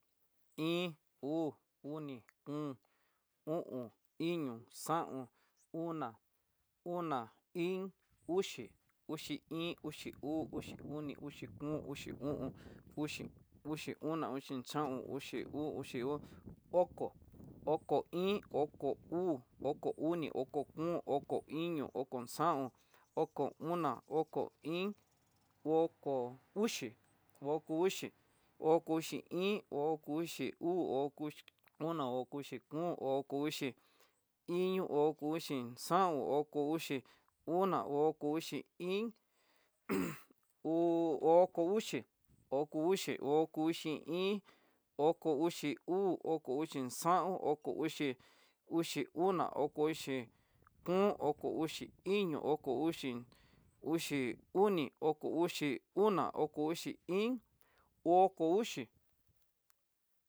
Iin, uu, oni, kom, o'on, iño, xaon, oná, ono, íín, uxi, uxi iin, uxi uu, uxi oni, uxi kom, uxi o'on, uxi, uxi ona, uxi xaon, uxi uu, uxi o, oko, oko iin, oko uu, oko oni, oko kom, oko iño, oko xaon, oko ona, oko iin, oko uxi, oko uxi, oko uxi iin, oko uxi uu, oko uxi ona, oko uxi kom, oko uxi iño, oko uxi xaon, oko uxi ona, oko uxi íín, oko uxi, oko uxi, oko uxi, oko uxi iin, oko uxi uu, oko uxi xaon, oko uxi una, oko uxi kom, oko uxi iño, oko uxi, oko uxi oni oko uxi oná oko uxi íín, oko uxi.